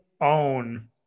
own